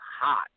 hot